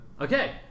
Okay